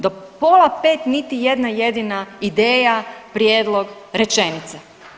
Do pola 5 niti jedna jedina ideja, prijedlog, rečenica.